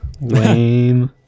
Lame